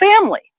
family